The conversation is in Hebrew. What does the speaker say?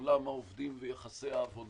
עולם העובדים ויחסי העבודה,